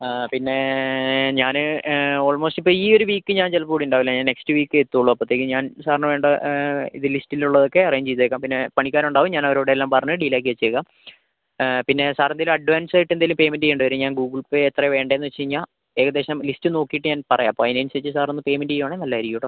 പിന്നെ ഞാന് ഓൾമോസ്റ്റ് ഇപ്പം ഈ ഒര് വീക്ക് ഞാൻ ചിലപ്പം ഇവിടെ ഉണ്ടാവില്ല ഞാൻ നെക്സ്റ്റ് വീക്കെ എത്തൂള്ളൂ അപ്പത്തേക്ക് ഞാൻ സാറിന് വേണ്ട ഇത് ലിസ്റ്റിൽ ഉള്ളതൊക്കെ അറേഞ്ച് ചെയ്തേക്കാം പിന്നെ പണിക്കാര് ഉണ്ടാവും ഞാൻ അവരോട് എല്ലാം പറഞ്ഞ് ഡീൽ ആക്കി വെച്ചേക്കാം പിന്നെ സാർ എന്തേലും അഡ്വാൻസ് ആയിട്ട് എന്തേലും പേയ്മെൻറ്റ് ചെയ്യണ്ട വരും ഞാൻ ഗൂഗിൾപേ എത്രയാ വേണ്ടേന്ന് വെച്ച് കഴിഞ്ഞാൽ ഏകദേശം ലിസ്റ്റ് നോക്കിയിട്ട് ഞാൻ പറയാം അപ്പം അതിന് അനുസരിച്ച് സാർ ഒന്ന് പേയ്മെൻറ്റ് ചെയ്യുവാണെ നല്ല ആയിരിക്കും കേട്ടോ